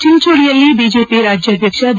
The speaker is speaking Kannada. ಚೆಂಚೋಳಿಯಲ್ಲಿ ಬಿಜೆಪಿ ರಾಜ್ಯಾಧ್ಯಕ್ಷ ಬಿ